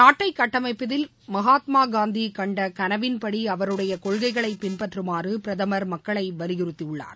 நாட்டை கட்டமைப்பதில் மகாத்மாகாந்தி கண்ட கனவின்படி அவருடைய கொள்கைகளை பின்பற்றுமாறு பிரதமர் மக்களை வலியுறுக்கியுள்ளார்